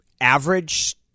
average